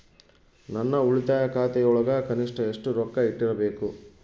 ನನ್ನ ಉಳಿತಾಯ ಖಾತೆಯೊಳಗ ಕನಿಷ್ಟ ಎಷ್ಟು ರೊಕ್ಕ ಇಟ್ಟಿರಬೇಕು?